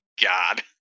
God